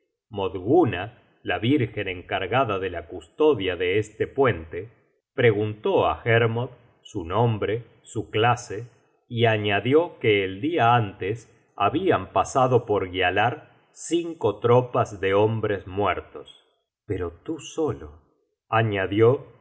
modgunna la vírgen encargada de la custodia de este puente preguntó á hermod su nombre su clase y añadió que el dia antes habian pasado por gialar cinco tropas de hombres muertos pero tú solo añadió